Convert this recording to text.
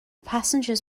passengers